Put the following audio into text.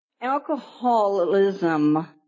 alcoholism